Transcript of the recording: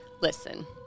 listen